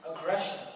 aggression